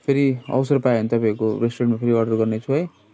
फेरि अवसर पाएभनेदेखि तपाईँको रेस्टुरेन्टमा फेरि अडर गर्ने छु है